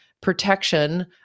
protection